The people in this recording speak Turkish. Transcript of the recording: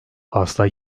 hasta